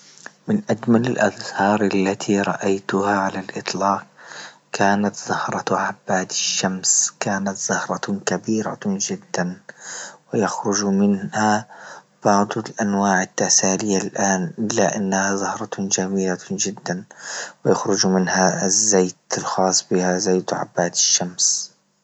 من أجمل الأزهار التي رأيتها على الاطلاق كانت زهرة عباد الشمس كانت زهرة كبيرة جدا ويخرج منها بعض أنواع التسالية لآن إلا أنها زهرة جميلة جدا ويخرج منها الزيت الخاص بها زيت عباد الشمس.